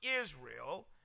Israel